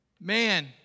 Man